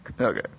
Okay